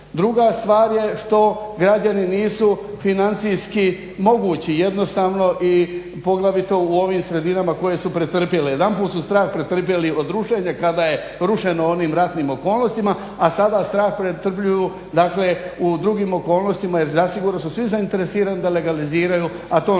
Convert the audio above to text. Druga stvar je što građani nisu financijski mogući jednostavno i poglavito u ovim sredinama koje su pretrpjele. Jedanput su strah pretrpjeli od rušenja, kada je rušeno u onim ratnim okolnostima, a sada strah pretrpljuju, dakle u drugim okolnostima jer zasigurno su svi zainteresirani da legaliziraju a to